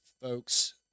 folks